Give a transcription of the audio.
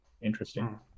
interesting